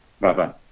Bye-bye